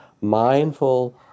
mindful